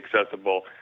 accessible